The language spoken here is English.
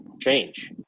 change